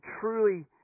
truly